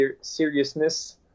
seriousness